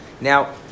Now